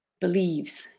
believes